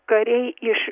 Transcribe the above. kariai iš